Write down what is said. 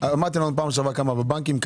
אמרתם בפעם שעברה כמה בבנקים,